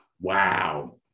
Wow